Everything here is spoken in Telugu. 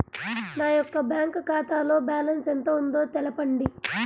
నా యొక్క బ్యాంక్ ఖాతాలో బ్యాలెన్స్ ఎంత ఉందో తెలపండి?